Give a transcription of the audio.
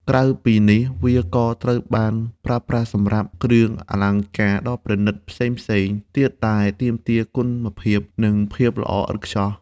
ក្រៅពីនេះ វាក៏ត្រូវបានប្រើប្រាស់សម្រាប់គ្រឿងអលង្ការដ៏ប្រណិតផ្សេងៗទៀតដែលទាមទារគុណភាព និងភាពល្អឥតខ្ចោះ។